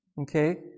Okay